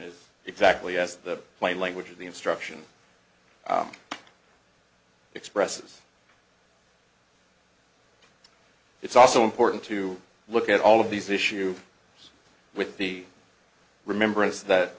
is exactly as the plain language of the instruction expresses it's also important to look at all of these issue with the remembrance that